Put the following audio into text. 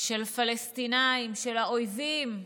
של פלסטינים, של האויבים,